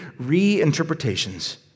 reinterpretations